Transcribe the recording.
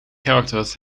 characters